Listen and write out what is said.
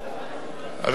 בירדן.